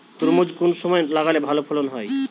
তরমুজ কোন সময় লাগালে ভালো ফলন হয়?